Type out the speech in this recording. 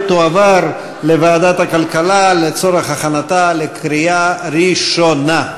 והיא תועבר לוועדת הכלכלה לצורך הכנתה לקריאה ראשונה.